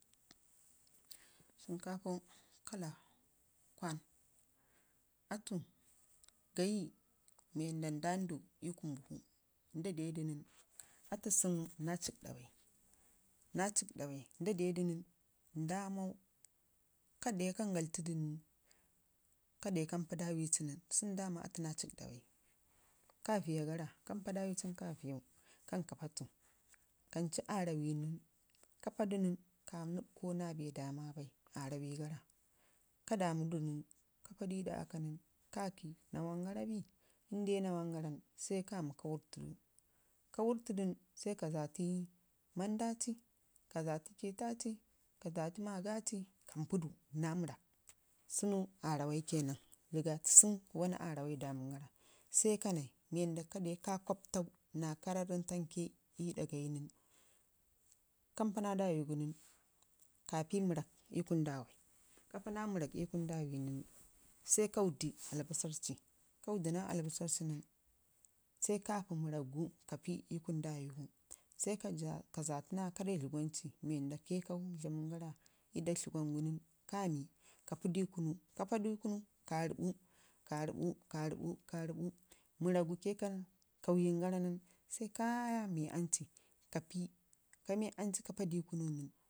Shinkafau kala kwan, atu gaayi nu wanda ndam du ii kunu buhu atu sanu naa cikɗa bai nda de da nən nda mau ka de ka ngalfudu nən kade kampa dawi ci nən sanu daman atu nda cikɗagara bai kade kampa dawai ci nən ka vəyau, kancu aarrawa nən ka padu nən ka nibbkau naa bee dama bai aarrawai dara ka damudu nən ka paa du ii aɗa akka nən kakə naawangara bii inde naawangara nən bai kami ka wərr tudu sai ka zati mandaci, ka zati ciita ci, ka zati magaci kanpudu naa mərrak sunu aarrawai kenan rigatu sunu wanna aarrawai damangara sai kanai mii wanda kaden ka kopp lau naa karren fanke ii ɗagayi nən kampanaa da wigu nən ka pii nə əkak ii kun dawai, ka paa na mərrak gu ii kunu dawi gu nən sai ka wudi naa albasarr ci nən sai kaki mərraka ka pii ii kunu dawo gu sai ka zati naa karre dləgwan ci mii wanda kai ka dlamən gara ii da dləgwanga nən sai kami ka pudu ii kunu, ka paadu ii kunu nən, ka rəɓɓu ka rəbbu, ka rəbbu mərrakgu kaika kauyin gara nən sai kamai aamci ka pii, ka me damci ka padu ii kunu nən